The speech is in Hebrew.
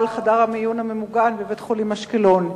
חדר המיון הממוגן בבית-החולים באשקלון.